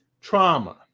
Trauma